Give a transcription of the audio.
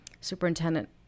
superintendent